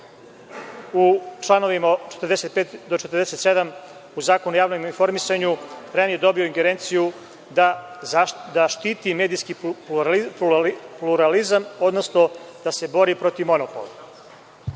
u članovima od 45. do 47. Zakona o javnom informisanju. REM je dobio ingerenciju da štiti medijski pluralizam, odnosno da se bori protiv monopola.